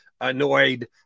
annoyed